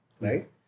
right